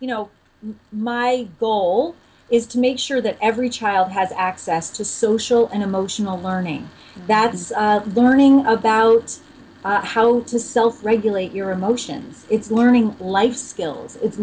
you know my goal is to make sure that every child has access to social and emotional learning that's the learning about how to self regulate your emotions it's learning life skills